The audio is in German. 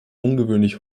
ungewöhnlich